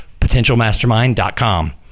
PotentialMastermind.com